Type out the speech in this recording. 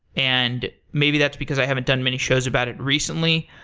and maybe that's because i haven't done many shows about it recently.